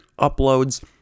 uploads